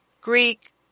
Greek